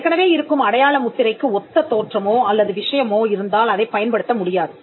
ஏற்கனவே இருக்கும் அடையாள முத்திரைக்கு ஒத்த தோற்றமோ அல்லது விஷயமோ இருந்தால் அதைப் பயன்படுத்த முடியாது